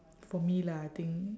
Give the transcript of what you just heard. for me lah I think